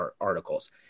articles